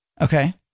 Okay